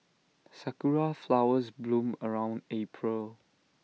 Sakura Flowers bloom around April